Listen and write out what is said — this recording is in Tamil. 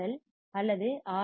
எல் அல்லது ஆர்